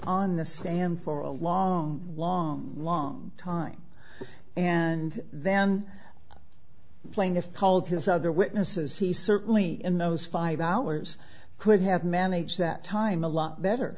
on the stand for a long long long time and then plaintiff called his other witnesses he certainly in those five hours could have managed that time a lot